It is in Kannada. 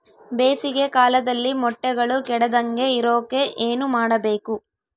ಬೇಸಿಗೆ ಕಾಲದಲ್ಲಿ ಮೊಟ್ಟೆಗಳು ಕೆಡದಂಗೆ ಇರೋಕೆ ಏನು ಮಾಡಬೇಕು?